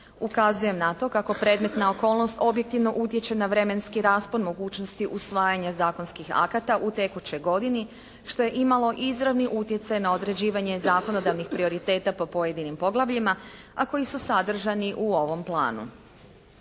Ukazujem na to kako predmetna okolnost objektivno utječe na vremenski raspon mogućnosti usvajanja zakonskih akata u tekućoj godini što je imalo izravni utjecaj na određivanje zakonodavnih prioriteta po pojedinim poglavljima, a koji su sadržani u ovom planu.